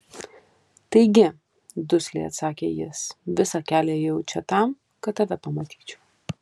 taigi dusliai atsakė jis visą kelią ėjau čia tam kad tave pamatyčiau